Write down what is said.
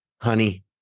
Honey